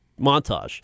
montage